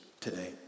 today